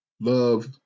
love